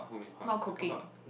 not cooking